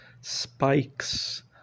spikes